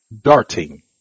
Darting